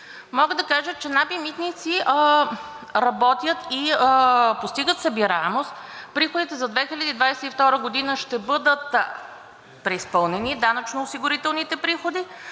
Мога да кажа, че НАП и „Митници“ работят и постигат събираемост. Приходите за 2022 г. ще бъдат преизпълнени – данъчно-осигурителните приходи,